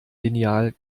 lineal